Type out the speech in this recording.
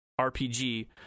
RPG